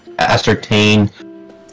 ascertain